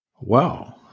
Wow